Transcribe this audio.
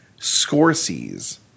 Scorsese